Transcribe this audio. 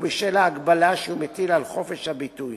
ובשל ההגבלה שהוא מטיל על חופש הביטוי.